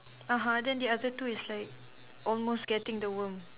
(uh huh) then the other two is like almost getting the worm